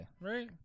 right